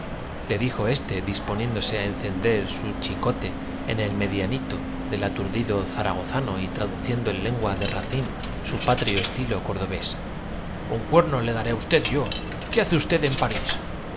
le dijo éste disponiéndose á encender su chicote en el medianito del aturdido za ragozano y traduciendo en lengua de racine su patrio estilo cordobés un cuerno le daré á usted yo ué hace usted en parís